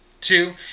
Two